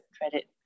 credit